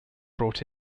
brought